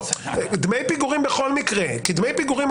דמי פיגורים בכל מקרה כי דמי פיגורים,